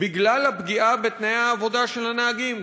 בגלל הפגיעה בתנאי העבודה של הנהגים,